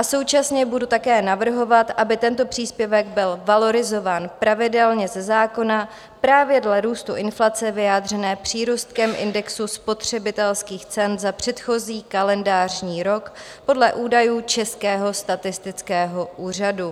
Současně budu také navrhovat, aby tento příspěvek byl valorizován pravidelně ze zákona právě dle růstu inflace vyjádřené přírůstkem indexu spotřebitelských cen za předchozí kalendářní rok podle údajů Českého statistického úřadu.